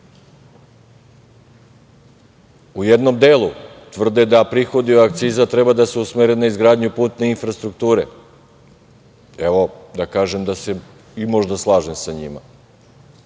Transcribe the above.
jednom delu tvrde da prihodi od akciza treba da se usmere na izgradnju putne infrastrukture. Evo, da kažem da se možda i slažem sa njima.